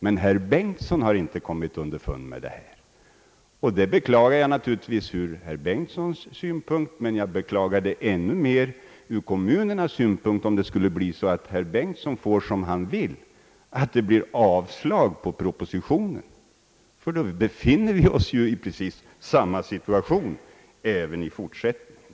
Men herr Bengtson har inte kommit underfund med detta, och det beklagar jag naturligtvis ur herr Bengtsons egen synpunkt, men jag beklagar det ännu mer ur kommunernas synpunkt, om det skulle bli så att herr Bengtson får som han vill och det blir avslag på propositionen. Då befinner vi oss ju i precis samma situation även i fortsättningen.